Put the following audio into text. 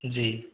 जी